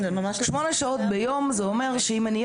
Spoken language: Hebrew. שמונה שעות ביום זה אומר שאם אני אהיה